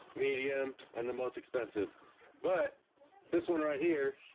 medium and the most expensive but this one right here